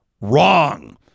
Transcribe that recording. wrong